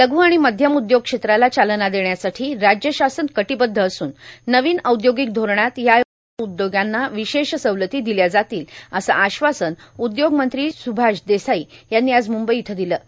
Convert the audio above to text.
लघू आाण मध्यम उद्योग क्षेत्राला चालना देण्यासाठी राज्य शासन कटोबद्ध असून नवीन औद्दर्योगिक धोरणात या उदयोगांना र्विशेष सवलती र्विदल्या जातील असं आश्वासन उद्योगमंत्री सुभाष देसाई यांनी आज मुंबई इथं र्ददले